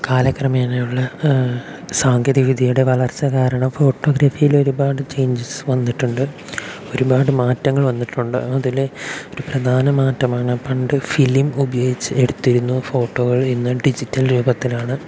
കാലക്രമേണയുള്ള സാങ്കേതിക വിദ്യയുടെ വളർച്ച കാരണം ഫോട്ടോഗ്രാഫിയിൽ ഒരുപാട് ചേഞ്ചസ് വന്നിട്ടുണ്ട് ഒരുപാട് മാറ്റങ്ങൾ വന്നിട്ടുണ്ട് അതിൽ പ്രധാന മാറ്റം ആണ് പണ്ട് ഫിലിം ഉപയോഗിച്ച് എടുത്തിരുന്ന ഫോട്ടോകൾ ഇന്ന് ഡിജിറ്റൽ രൂപത്തിൽ ആണ്